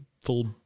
full